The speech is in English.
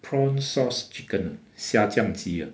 prawn sauce chicken 虾酱鸡